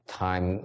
time